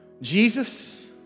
Jesus